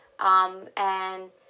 um and